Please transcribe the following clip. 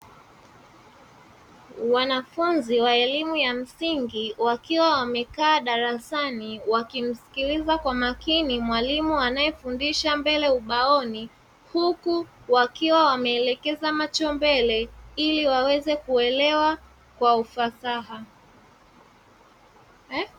Wanafunzi wa elimu ya msingi wakiwa wamekaa darasani, wakimsikiliza kwa makini mwalimu anayefundisha mbele ubaoni, huku wakiwa wameelekeza macho mbele ili waweze kuelewa kwa ufasaha.